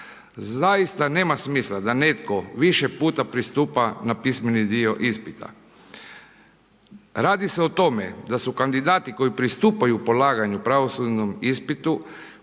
Zaista nema smisla da netko više puta pristupa na pismeni dio ispita. Radi se o tome, da su kandidati koji pristupaju polaganju pravosudnom ispitu,